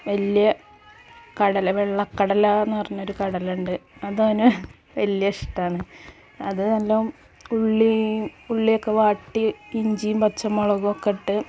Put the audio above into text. വലിയ കടല വെള്ള കടല എന്ന് പറഞ്ഞൊരു കടല ഉണ്ട് അത് അവന് വലിയ ഇഷ്ടമാണ് അത് നല്ലോണം ഉള്ളിയും ഉള്ളിയൊക്കെ വാട്ടി ഇഞ്ചിയും പച്ചമുളകുമൊക്കെ ഇട്ട്